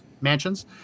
mansions